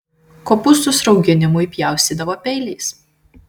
kopūstus rauginimui pjaustydavo peiliais